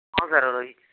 ହଁ ସାର୍ ରହିଛି ସାର୍